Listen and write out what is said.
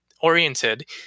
oriented